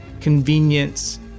convenience